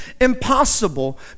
impossible